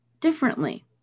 differently